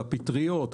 על הפטריות,